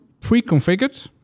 pre-configured